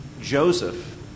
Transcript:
Joseph